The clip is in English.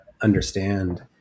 understand